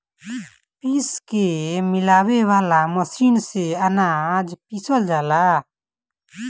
पीस के मिलावे वाला मशीन से अनाज पिसल जाला